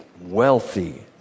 wealthy